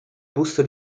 busto